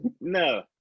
no